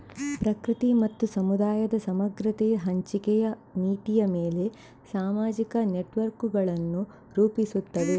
ಪ್ರಕೃತಿ ಮತ್ತು ಸಮುದಾಯದ ಸಮಗ್ರತೆಯ ಹಂಚಿಕೆಯ ನೀತಿಯ ಮೇಲೆ ಸಾಮಾಜಿಕ ನೆಟ್ವರ್ಕುಗಳನ್ನು ರೂಪಿಸುತ್ತವೆ